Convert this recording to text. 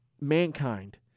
mankind